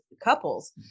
couples